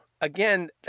again